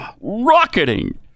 rocketing